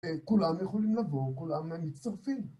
כולם יכולים לבוא, כולם מצטרפים.